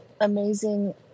amazing